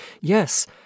Yes